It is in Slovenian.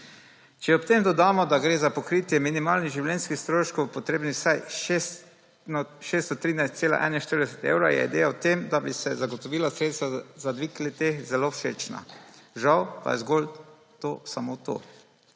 Če ob tem dodamo, da je za pokritje minimalnih življenjskih stroškov, potrebnih vsaj 613,41 evra, je ideja o tem, da bi se zagotovila sredstva za dvig le-teh zelo všečna, žal pa je zgolj to samo to.